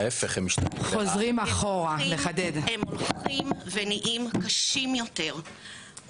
הם הולכים ונהיים קשים יותר,